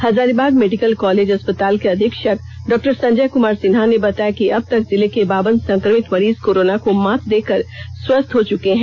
Hazaribagh medical college अस्पताल के अधीक्षक डॉ संजय क्मार सिन्हा ने बताया कि अब तक जिले के बावन संक्रमित मरीज कोरोना को मात देकर स्वस्थ हो चुके हैं